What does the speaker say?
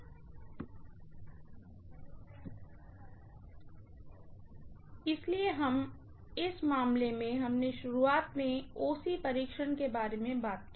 इसलिए इस मामले में हमने शुरुआत में OC परीक्षण के बारे में बात की